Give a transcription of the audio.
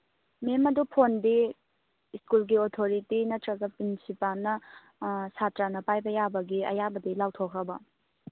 ꯃꯦꯝ ꯑꯗꯨ ꯐꯣꯟꯗꯤ ꯁ꯭ꯀꯨꯜꯒꯤ ꯑꯣꯊꯣꯔꯤꯇꯤ ꯅꯠꯇ꯭ꯔꯒ ꯄ꯭ꯔꯤꯟꯁꯤꯄꯥꯜꯅ ꯁꯥꯇ꯭ꯔꯅ ꯄꯥꯏꯕ ꯌꯥꯕꯒꯤ ꯑꯌꯥꯕꯗꯤ ꯂꯥꯎꯊꯣꯛꯈ꯭ꯔꯕꯣ